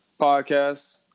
podcast